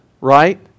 right